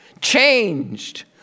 Changed